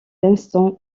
l’instant